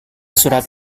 surat